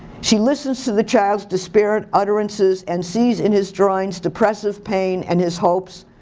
she listens to the child's disparate utterances and sees in his drawings depressive pain and his hopes.